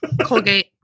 colgate